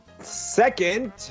Second